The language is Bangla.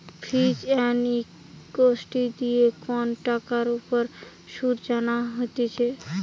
ফিচ এন্ড ইফেক্টিভ দিয়ে কন টাকার উপর শুধ জানা হতিছে